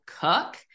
cook